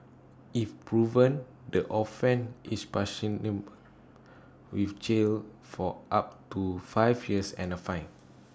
if proven the offence is with jail for up to five years and A fine